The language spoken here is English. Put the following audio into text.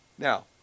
Now